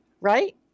right